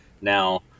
Now